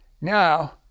now